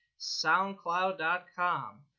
SoundCloud.com